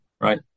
right